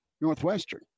Northwestern